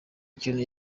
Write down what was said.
kintu